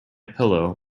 pillow